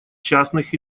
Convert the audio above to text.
частных